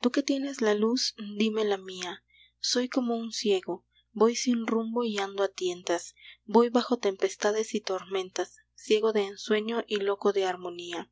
tú que tienes la luz díme la mía soy como un ciego voy sin rumbo y ando a tientas voy bajo tempestades y tormentas ciego de ensueño y loco de armonía